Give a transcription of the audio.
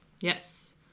Yes